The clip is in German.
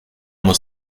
muss